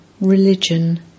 religion